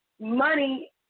money